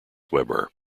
weber